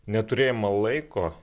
neturėjimą laiko